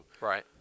right